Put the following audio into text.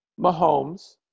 Mahomes